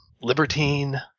Libertine